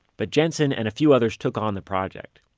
but jensen and a few others took on the project.